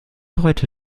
heute